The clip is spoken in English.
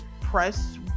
press